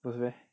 不是 meh